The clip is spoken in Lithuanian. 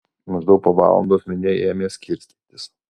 maždaug po valandos minia ėmė skirstytis